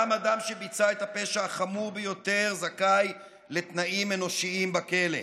גם אדם שביצע את הפשע החמור ביותר זכאי לתנאים אנושיים בכלא.